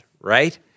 right